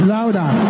Louder